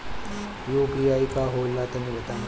इ यू.पी.आई का होला तनि बताईं?